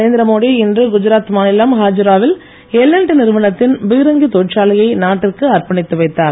நரேந்திர மோடி இன்று குஜராத் மாநிலம் ஹாஜிராவில் எல் அண்ட் டி நிறுவனத்தின் பீராங்கி தொழிற்சாலையை நாட்டிற்கு அர்ப்பணித்து வைத்தார்